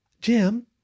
Jim